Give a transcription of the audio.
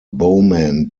bowman